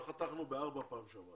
אנחנו חתכנו בארבע פעם שעברה.